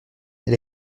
elle